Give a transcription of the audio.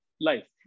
life